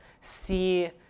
see